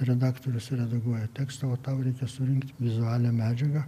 redaktorius redaguoja tekstą o tau reikia surinkt vizualią medžiagą